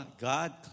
God